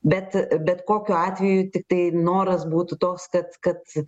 bet bet kokiu atveju tiktai noras būtų toks kad kad